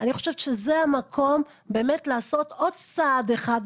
אני חושבת שזה המקום באמת לעשות עוד צעד אחד,